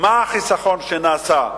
מה החיסכון שנעשה,